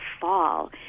fall